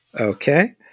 Okay